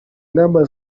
ngamba